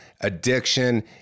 addiction